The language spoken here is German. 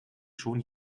schon